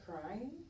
crying